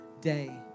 day